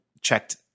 checked